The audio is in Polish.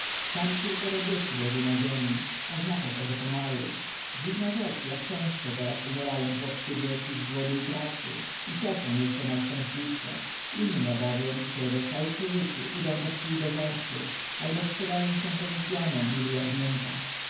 tam kilkoro dzieci leży na ziemi oznacza to że pomarły dziwna rzecz jak często teraz umierają chłopskie dzieci z głodu i pracy i te są jeszcze najszczęśliwsze inne bowiem które zostały przy życiu idą pod kij dozorcy albo sprzedają się fenicjanom niby jagnięta